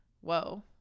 whoa